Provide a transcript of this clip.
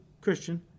christian